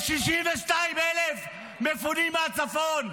יש 62,000 מפונים מהצפון,